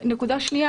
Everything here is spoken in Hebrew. שנית,